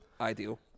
Ideal